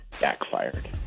backfired